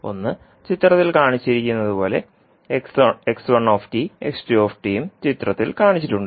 ഒന്ന് ചിത്രത്തിൽ കാണിച്ചിരിക്കുന്നതുപോലെ ഉം ചിത്രത്തിൽ കാണിച്ചിട്ടുണ്ട്